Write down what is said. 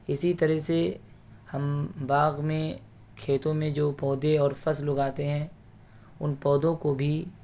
اسی طرح سے ہم باغ میں کھیتوں میں جو پودے اور فصل اگاتے ہیں ان پودوں کو بھی